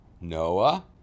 Noah